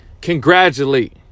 congratulate